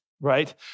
right